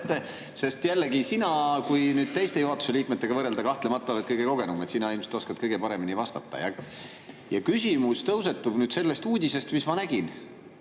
sest jällegi, sina, kui teiste juhatuse liikmetega võrrelda, kahtlemata oled kõige kogenum, sina ilmselt oskad kõige paremini vastata. Ja küsimus tõusetub nüüd sellest uudisest, mida ma nägin: